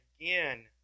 again